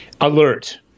alert